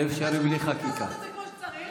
אנחנו רוצים לעשות את זה כמו שצריך,